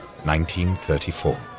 1934